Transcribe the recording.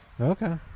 Okay